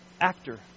Actor